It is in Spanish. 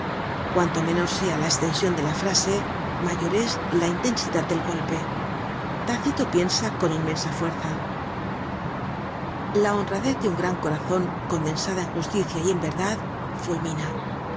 cuanto menor sea la estension de la frase mayor es la intensidad del golpe tácito piensa con inmensa fuerza la honradez de un gran corazon condensada en justicia y en verdad fulmina